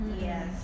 Yes